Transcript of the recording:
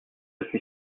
suis